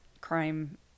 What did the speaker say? crime